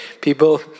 people